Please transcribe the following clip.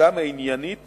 בסמכותם העניינית